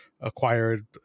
acquired